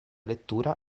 lettura